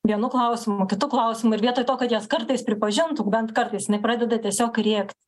vienu klausimu kitu klausimu ir vietoj to kad jas kartais pripažintų bent kartais jinai pradeda tiesiog rėkt